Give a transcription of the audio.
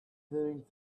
didn’t